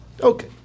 Okay